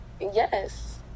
Yes